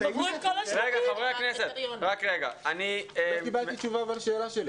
לא קיבלתי תשובה לשאלה שלי,